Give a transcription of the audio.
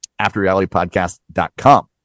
afterrealitypodcast.com